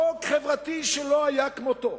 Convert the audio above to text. חוק חברתי שלא היה כמותו,